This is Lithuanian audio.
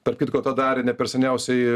tarp kitko tą darė ne per seniausiai